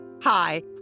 Hi